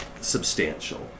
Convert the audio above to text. substantial